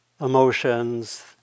emotions